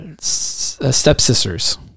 stepsisters